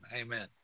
Amen